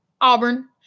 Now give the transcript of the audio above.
Auburn